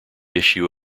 issue